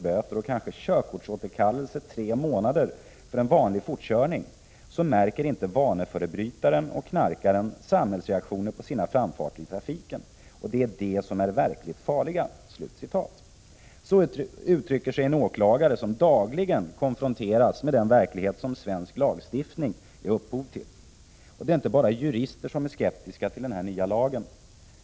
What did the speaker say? böter och kanske körkortsåterkallelse tre månader för en vanlig fortkörning, så märker inte vaneförbrytaren och knarkaren samhällsreaktioner på sina framfarter i trafiken — och det är de som är verkligt farliga.” Så uttrycker sig en åklagare som dagligen konfronteras med den verklighet som svensk lagstiftning är upphov till. Och det är inte bara jurister som är skeptiska till den nya lagen.